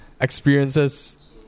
Experiences